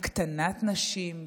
הקטנת נשים,